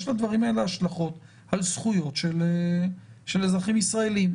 יש לדברים האלה השלכות על זכויות של אזרחים ישראליים.